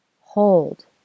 Hold